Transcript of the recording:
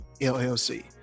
LLC